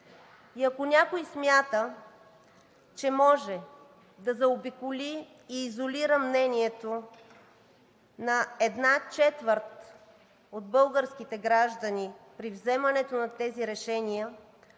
И ако някой смята, че може да заобиколи и изолира мнението на една четвърт от българските граждани при вземането на тези решения,